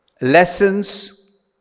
lessons